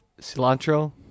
cilantro